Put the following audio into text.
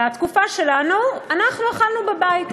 בתקופה שלנו אנחנו אכלנו בבית,